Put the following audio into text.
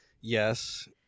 yes